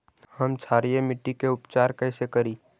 हम क्षारीय मिट्टी के उपचार कैसे करी?